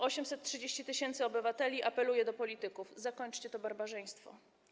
830 tys. obywateli apeluje do polityków: zakończcie to barbarzyństwo.